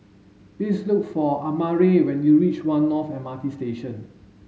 please look for Amare when you reach One North M R T Station